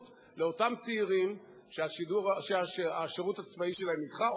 לאותם צעירים שהשירות הצבאי שלהם נדחה,